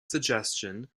suggestion